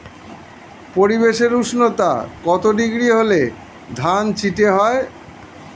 পরিবেশের উষ্ণতা কত ডিগ্রি হলে ধান চিটে হয়?